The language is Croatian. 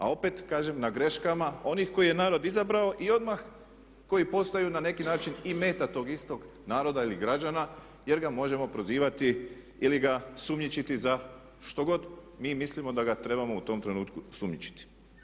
A opet kažem na greškama onih koje je narod izabrao i odmah koji postaju na neki način i meta tog istog naroda ili građana jer ga možemo prozivati ili ga sumnjičiti za štogod mi mislimo da ga trebamo u tom trenutku sumnjičiti.